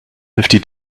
fifty